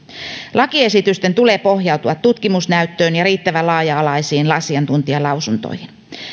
lakiesitysten tulee pohjautua tutkimusnäyttöön ja riittävän laaja alaisiin asiantuntijalausuntoihin